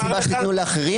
שתי עמותות במשך כמה שנים,